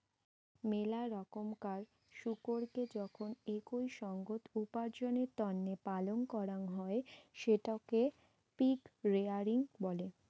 মেলা রকমকার শুকোরকে যখন একই সঙ্গত উপার্জনের তন্নে পালন করাং হই সেটকে পিগ রেয়ারিং বলে